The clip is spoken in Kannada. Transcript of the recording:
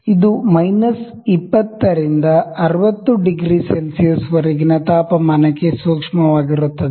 ಇದು ಮೈನಸ್ 20 ರಿಂದ 60 ಡಿಗ್ರಿ ಸೆಲ್ಸಿಯಸ್ ವರೆಗಿನ ತಾಪಮಾನಕ್ಕೆ ಸೂಕ್ಷ್ಮವಾಗಿರುತ್ತದೆ